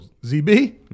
ZB